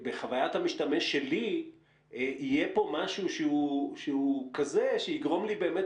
בחוויית המשתמש שלי יהיה פה משהו שהוא כזה שיגרום לי באמת